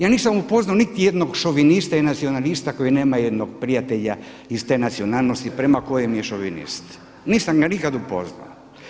Ja nisam upoznao niti jednog šovinista i nacionalista koji nema jednog prijatelja iz te nacionalnosti prema kojem je šovinist, nisam ga nikad upoznato.